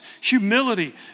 humility